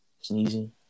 sneezing